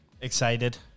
Excited